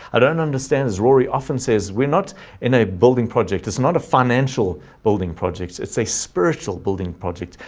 i don't understand this rory often says we're not in a building project. it's not a financial building project. it's a spiritual building project,